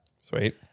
Sweet